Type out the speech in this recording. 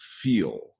feel